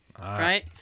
right